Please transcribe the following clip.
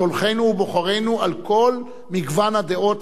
שולחינו ובוחרינו, על כל מגוון הדעות